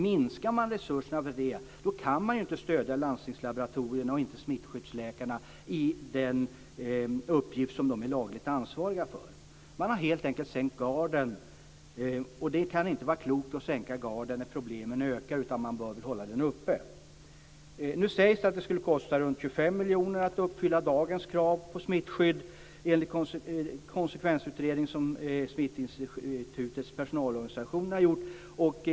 Minskar man resurserna för det kan man inte stödja landstingslaboratorierna och smittskyddsläkarna i den uppgift som de enligt lag är ansvariga för. Man har helt enkelt sänkt garden. Det kan inte vara klokt att sänka garden när problemen ökar, utan man bör väl hålla garden uppe. Nu sägs det att det skulle kosta runt 25 miljoner att uppfylla dagens krav på smittskydd; detta enligt den konsekvensutredning som Smittskyddsinstitutets personalorganisationer har gjort.